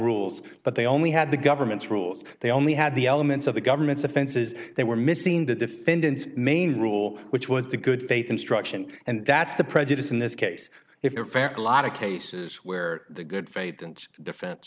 rules but they only had the government's rules they only had the elements of the government's offenses they were missing the defendant's main rule which was the good faith instruction and that's the prejudice in this case if in fact a lot of cases where the good faith and defense